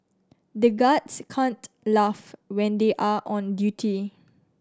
the guards can't laugh when they are on duty